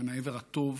מן העבר הטוב,